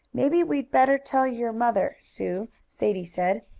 maybe we'd better tell your mother, sue, sadie said.